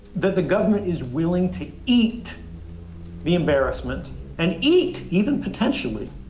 that the government is willing to eat the embarrassment and eat, even potentially,